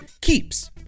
Keeps